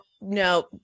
no